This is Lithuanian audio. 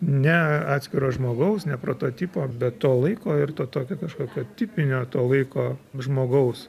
ne atskiro žmogaus ne prototipo bet to laiko ir to tokio kažkokio tipinio to laiko žmogaus